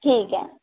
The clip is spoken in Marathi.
ठीक आहे